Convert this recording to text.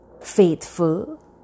faithful